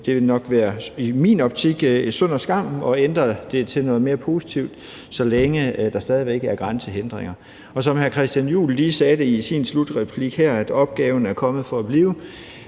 egentlig, at det i min optik er synd og skam at ændre det til noget mere positivt, så længe der stadig væk er grænsehindringer. Og som hr. Christian Juhl lige sagde det i sin slutreplik her, er opgaven kommet for at blive.